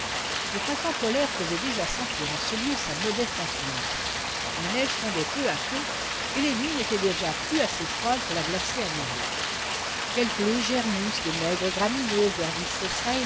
le printemps polaire faisait déjà sentir en ce lieu sa modeste influence la neige fondait peu à peu et les nuits n'étaient déjà plus assez froides pour la glacer à nouveau quelques légères mousses de maigres graminées